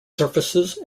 surfaces